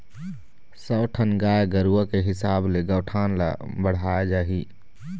सौ ठन गाय गरूवा के हिसाब ले गौठान ल बड़हाय जाही